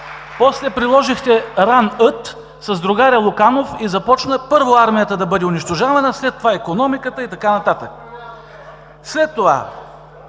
после приложихте „Ран-Ът“ с другаря Луканов и започна първо армията да бъде унищожавана, след това икономиката и така нататък. (Реплика